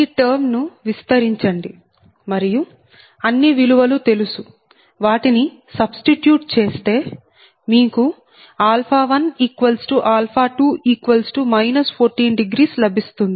ఈ టర్మ్ ను విస్తరించండి మరియు అన్ని విలువలు తెలుసు వాటిని సబ్స్టిట్యూట్ చేస్తే మీకు12 14 లభిస్తుంది